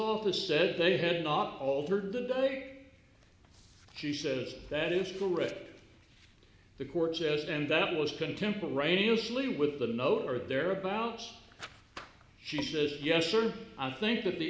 office said they had not altered the date she says that is correct the courts asked and that was contemporaneously with the note or thereabouts she says yes sir i think that the